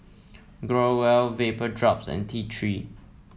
Growell Vapodrops and T Three